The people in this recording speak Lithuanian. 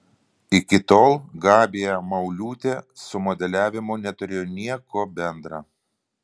iki tol gabija mauliūtė su modeliavimu neturėjo nieko bendra